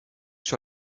sur